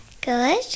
Good